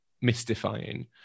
mystifying